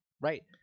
Right